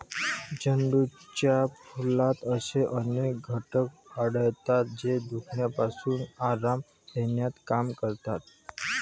झेंडूच्या फुलात असे अनेक घटक आढळतात, जे दुखण्यापासून आराम देण्याचे काम करतात